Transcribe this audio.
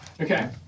Okay